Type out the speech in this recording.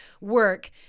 work